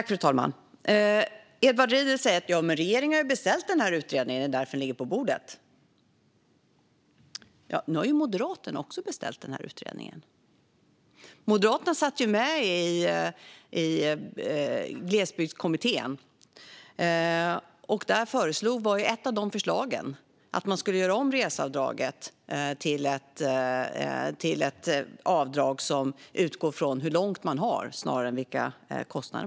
Fru talman! Edward Riedl säger att regeringen har beställt denna utredning och att det är därför den ligger på bordet. Men Moderaterna har också beställt denna utredning. Moderaterna satt ju med i Glesbygdskommittén, och ett av förslagen där var att reseavdraget skulle göras om till ett avdrag som utgår från avstånd snarare än kostnad.